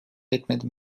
etmedim